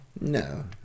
No